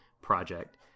project